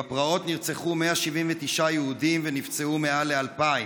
בפרעות נרצחו 179 יהודים ונפצעו מעל ל-2,000.